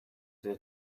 their